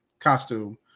costume